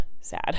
sad